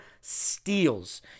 steals